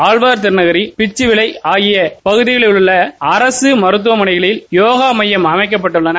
ஆழ்வார்திருநகரி பிச்சுவிளை ஆகிய பகுதிகளில் உள்ள அரச மருத்துவமனைகளில் போக மையம் அமைக்கப்பட்டுள்ளன